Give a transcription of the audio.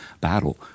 battle